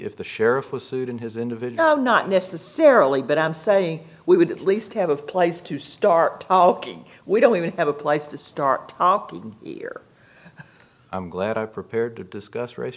if the sheriff was sued in his individual not necessarily but i'm saying we would at least have a place to start talking we don't even have a place to start here i'm glad i'm prepared to discuss race